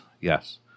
Yes